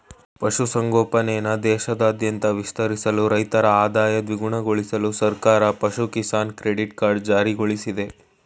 ಪಶು ಸಂಗೋಪನೆನ ದೇಶಾದ್ಯಂತ ವಿಸ್ತರಿಸಲು ರೈತರ ಆದಾಯ ದ್ವಿಗುಣಗೊಳ್ಸಲು ಸರ್ಕಾರ ಪಶು ಕಿಸಾನ್ ಕ್ರೆಡಿಟ್ ಕಾರ್ಡ್ ಜಾರಿಗೊಳ್ಸಿದೆ